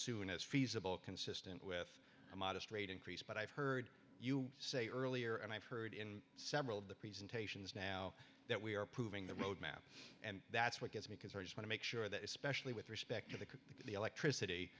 soon as feasible consistent with a modest rate increase but i've heard you say earlier and i've heard in several of the presentations now that we are proving the roadmap and that's what gets me because i just want to make sure that especially with respect to the cook the electricity